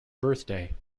birthday